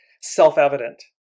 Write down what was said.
self-evident